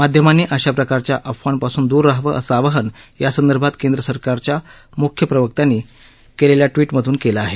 माध्यमांनी अशा प्रकारच्या अफवांपासून दूर राहावं असं आवाहन यासंदर्भात केंद्र सरकारच्या मुख्य प्रवक्त्यांनी केलेल्या ट्विटमधून केलं आहे